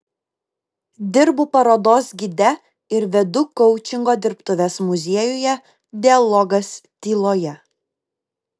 dirbu parodos gide ir vedu koučingo dirbtuves muziejuje dialogas tyloje